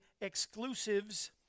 Exclusives